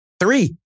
Three